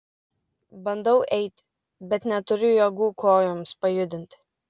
bandau eiti bet neturiu jėgų kojoms pajudinti